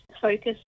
focus